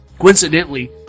coincidentally